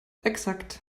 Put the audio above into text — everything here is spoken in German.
exakt